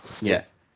Yes